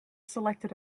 selected